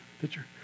picture